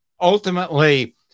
Ultimately